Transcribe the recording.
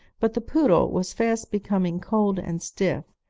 but the poodle was fast becoming cold and stiff,